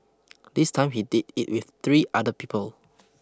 this time he did it with three other people